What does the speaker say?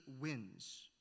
wins